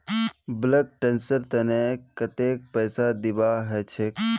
bulk tanker तने कत्ते पैसा दीबा ह छेक